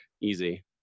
easy